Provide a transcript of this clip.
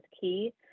key